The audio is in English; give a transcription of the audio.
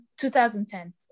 2010